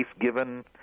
given –